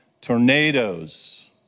tornadoes